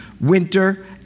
winter